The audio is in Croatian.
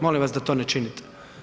Molim vas da to ne činite.